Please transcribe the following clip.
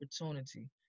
opportunity